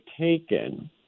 taken